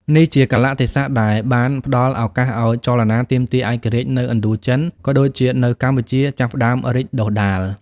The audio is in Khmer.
នេះជាកាលៈទេសៈដែលបានផ្តល់ឱកាសឱ្យចលនាទាមទារឯករាជ្យនៅឥណ្ឌូចិន ក៏ដូចជានៅកម្ពុជា ចាប់ផ្តើមរីកដុះដាល។